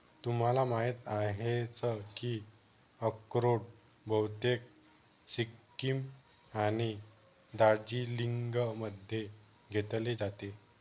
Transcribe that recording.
तुम्हाला माहिती आहेच की अक्रोड बहुतेक सिक्कीम आणि दार्जिलिंगमध्ये घेतले जाते